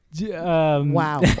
Wow